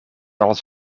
als